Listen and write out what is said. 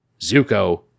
Zuko